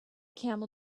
camel